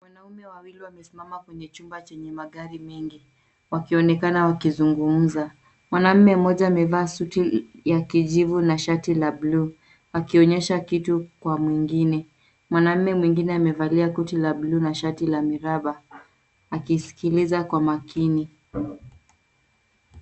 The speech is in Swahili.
Wanaume wawili wamesimama kwenye chumba chenye magari mengi wakionekana wakizungumza. Mwanaume mmoja amevaa suti ya kijivu na shati la buluu akionyesha kitu kwa mwengine. Mwanaume mwengine amevalia koti la buluu na shati la miraba akisikiliza kwa makini.